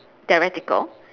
theoretical